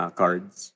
cards